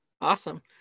awesome